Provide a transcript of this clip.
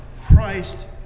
Christ